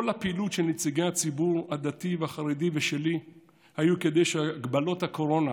כל הפעילות של נציגי הציבור הדתי והחרדי ושלי היו כדי שהגבלות הקורונה,